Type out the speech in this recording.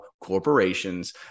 corporations